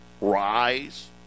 rise